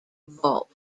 vault